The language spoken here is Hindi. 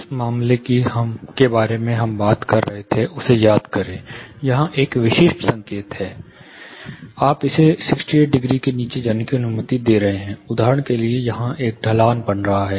जिस मामले के बारे में हम बात कर रहे थे उसे याद करें यहां एक विशिष्ट संकेत है आप इसे 68 डिग्री से नीचे जाने की अनुमति दे रहे हैं उदाहरण के लिए यहां एक ढलान बन रहा है